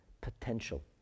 potential